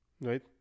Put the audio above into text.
Right